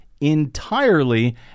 entirely